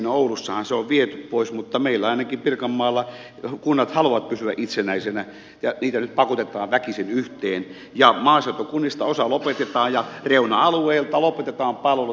oulussahan se on viety pois mutta ainakin meillä pirkanmaalla kunnat haluavat pysyä itsenäisinä ja niitä nyt pakotetaan väkisin yhteen ja maaseutukunnista osa lopetetaan ja reuna alueilta lopetetaan palvelut